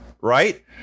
right